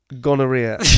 gonorrhea